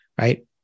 right